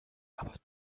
aber